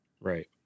Right